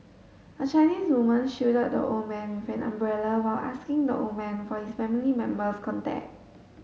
a Chinese woman shielded the old man when an umbrella while asking the old man for his family member's contact